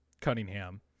Cunningham